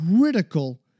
critical